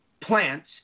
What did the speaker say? plants